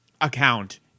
account